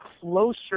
closer